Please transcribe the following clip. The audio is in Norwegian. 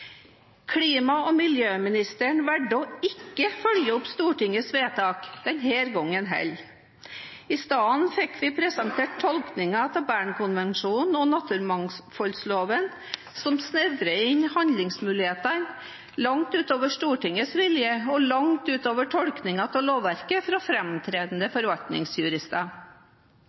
Klima- og miljøministeren valgte ikke å følge opp Stortingets vedtak denne gangen heller. I stedet fikk vi presentert tolkning av Bern-konvensjonen og naturmangfoldloven som snevrer inn handlingsmulighetene langt utover Stortingets vilje og langt utover tolkningen av lovverket fra framtredende forvaltningsjurister. Det virker som om statsråden vegrer seg for